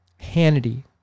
Hannity